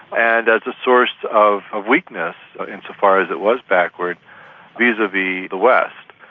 and as a source of weakness in so far as it was backward vis-a-vis the west.